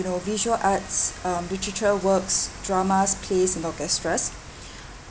in uh visual arts um literature works dramas plays and orchestras